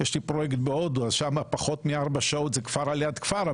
יש לי פרויקט בהודו אז שם פחות מארבע שעות זה כפר ליד כפר,